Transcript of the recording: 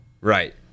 Right